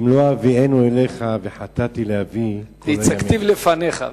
אם לא אביאנו אליך וחטאתי לאבי" והצגתיו לפניך.